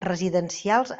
residencials